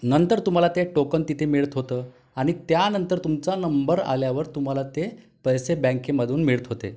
नंतर तुम्हाला ते टोकन तिथे मिळत होतं आणि त्यानंतर तुमचा नंबर आल्यावर तुम्हाला ते पैसे बँकेमधून मिळत होते